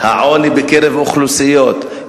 העוני בקרב אוכלוסיות,